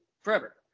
forever